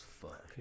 fuck